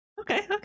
Okay